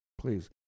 Please